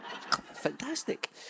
Fantastic